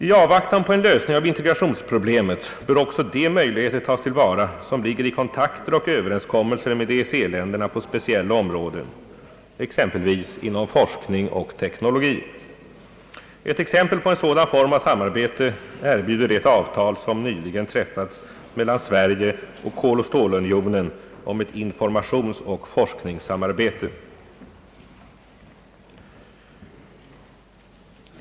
I avvaktan på en lösning av integrationsproblemet bör också de möjligheter tas till vara som ligger i kontakter och överenskommelser med EEC-länderna på speciella områden exempelvis inom forskning och teknologi. Ett exempel på en sådan form av samarbete erbjuder det avtal som nyligen träffats mellan Sverige och Koloch stålunionen om ett informationsoch forskningssamarbete.